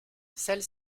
celles